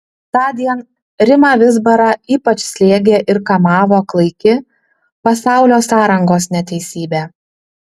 tądien rimą vizbarą ypač slėgė ir kamavo klaiki pasaulio sąrangos neteisybė